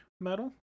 metal